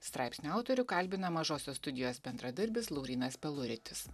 straipsnio autorių kalbina mažosios studijos bendradarbis laurynas peluritis